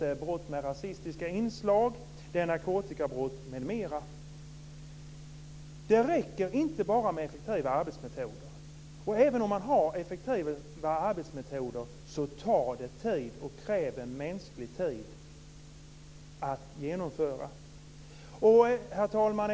Det är brott med rasistiska inslag. Det är narkotikabrott, m.m. Det räcker inte med effektiva arbetsmetoder. Även om man har effektiva arbetsmetoder tar det tid att genomföra. Herr talman!